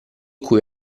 cui